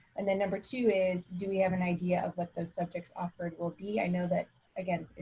and then number two is, do we have an idea of what those subjects offered will be? i know that again,